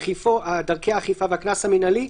דרכי האכיפה והקנס המנהלי,